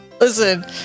Listen